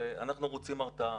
אנחנו רוצים הרתעה.